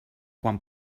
quan